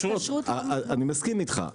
אני מסכים איתך.